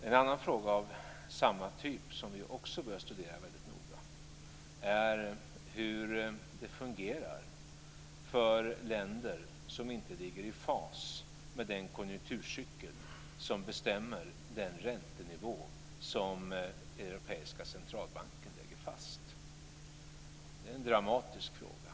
En annan fråga av samma typ som vi också bör studera väldigt noga är hur det fungerar för länder som inte ligger i fas med den konjunkturcykel som bestämmer den räntenivå som Europeiska centralbanken lägger fast. Det är en dramatisk fråga.